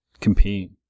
Compete